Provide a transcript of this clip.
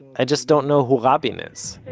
i just don't know who rabin is.